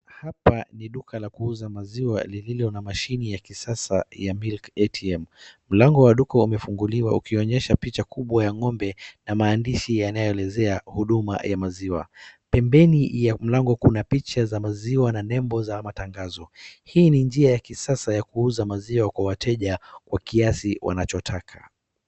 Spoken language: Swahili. Hapa ni duka la kuuza maziwa lililo na mashini ya kisasa ya MILK ATM .Mlango wa duka umefunguliwa ukionyesha picha kubwa ya ng'ombe na maandishi yanayoelezea huduma ya maziwa. Pembeni ya mlango kuna picha za maziwa na nembo za matangazo. Hii ni njia ya kisasa ya kuuza maziwa kwa wateja kwa kiasi wanachotaka.